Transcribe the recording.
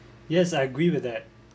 yes I agree with that